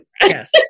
yes